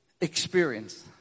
experience